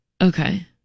Okay